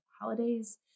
Holidays